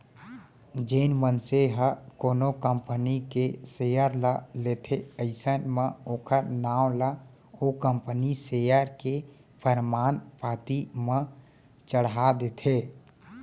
जेन मनसे ह कोनो कंपनी के सेयर ल लेथे अइसन म ओखर नांव ला ओ कंपनी सेयर के परमान पाती म चड़हा देथे